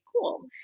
cool